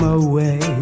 away